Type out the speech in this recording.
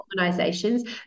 organizations